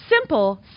simple